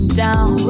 down